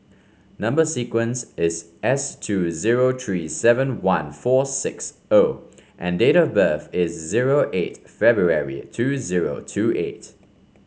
number sequence is S two zero three seven one four six O and date of birth is zero eight February two zero two eight